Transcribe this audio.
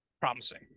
promising